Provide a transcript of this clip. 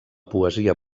poesia